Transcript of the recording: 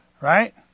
right